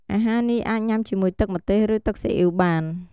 អាហារនេះអាចញ៉ាំជាមួយទឹកម្ទេសឬទឹកស៊ីអ៉ីវបាន។